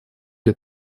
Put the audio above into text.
для